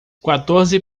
quatorze